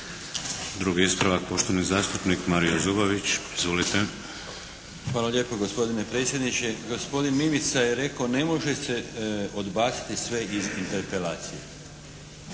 Drugi ispravak, poštovani zastupnik Mario Zubović. Izvolite! **Zubović, Mario (HDZ)** Hvala lijepo gospodine predsjedniče. Gospodin Mimica je rekao, ne može se odbaciti sve iz interpelacije.